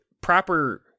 proper